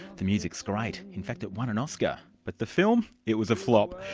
the music's great, in fact it won an oscar, but the film it was a flop.